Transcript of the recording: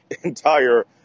entire